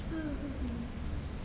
mm mm mm